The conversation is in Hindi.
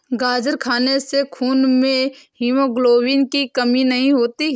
गाजर खाने से खून में हीमोग्लोबिन की कमी नहीं होती